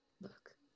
look